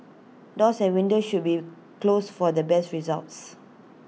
doors and windows should be closed for the best results